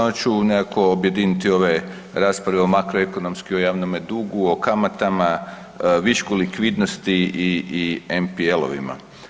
Onda ću nekako objediniti ove rasprave o makroekonomski, o javnome dugu, o kamatama, višku likvidnosti i MPL-ovima.